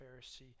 Pharisee